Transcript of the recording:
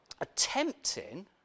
attempting